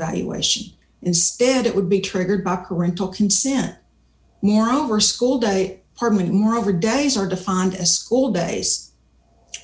evaluation instead it would be triggered by parental consent moreover school day permit moreover days are defined as school days